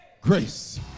grace